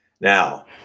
now